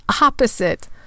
opposite